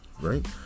right